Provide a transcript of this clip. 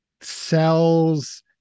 sells